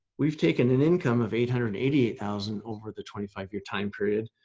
we've taken an income of eight hundred and eighty eight thousand, over the twenty five year time period,